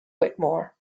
whitmore